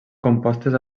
compostes